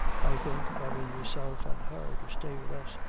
i think, barrin' yourself and her to stay with us,